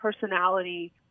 personality